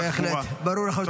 בהחלט, ברור לחלוטין.